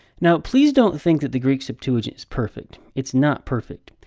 now, please don't think that the greek septuagint is perfect. it's not perfect.